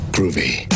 Groovy